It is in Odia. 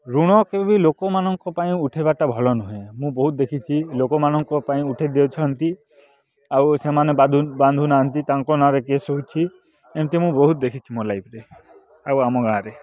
ଋଣ କେବେବି ଲୋକମାନଙ୍କ ପାଇଁ ଉଠେଇବାଟା ଭଲ ନୁହେଁ ମୁଁ ବହୁତ ଦେଖିଛି ଲୋକମାନଙ୍କ ପାଇଁ ଉଠେଇ ଦେଉଛନ୍ତି ଆଉ ସେମାନେ ବାନ୍ଧୁ ନାହାନ୍ତି ତାଙ୍କ ନାଁରେ କେସ୍ ହେଉଛି ଏମତି ମୁଁ ବହୁତ ଦେଖିଛି ମୋ ଲାଇଫ୍ରେ ଆଉ ଆମ ଗାଁରେ